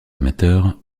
amateurs